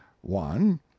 one